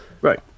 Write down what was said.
Right